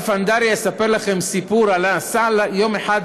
אספר לכם סיפור: הרב אלפנדרי נסע יום אחד